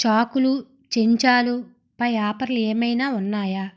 చాకులు చెంచాలుపై ఆఫర్లు ఏమైనా ఉన్నాయా